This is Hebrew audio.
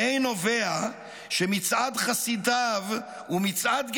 האין נובע שמצעד חסידיו הוא מצעד גזע?